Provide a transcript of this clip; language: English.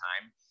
time